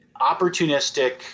Opportunistic